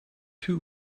two